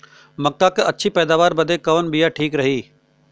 मक्का क अच्छी पैदावार बदे कवन बिया ठीक रही?